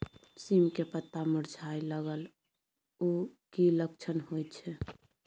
सीम के पत्ता मुरझाय लगल उ कि लक्षण होय छै?